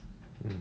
mm